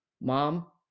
Mom